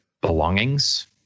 belongings